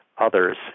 others